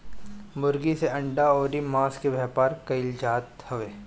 मुर्गी से अंडा अउरी मांस के व्यापार कईल जात हवे